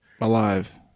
Alive